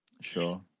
Sure